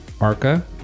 Arca